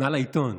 מעל העיתון.